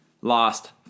lost